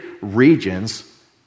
regions